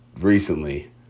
recently